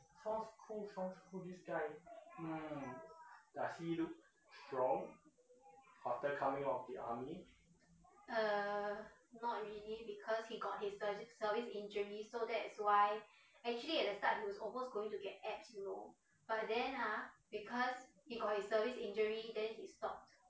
sounds cool sounds cool this guy mm does he look strong after coming out of the army